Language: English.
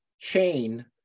chain